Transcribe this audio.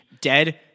dead